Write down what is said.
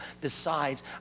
decides